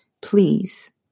please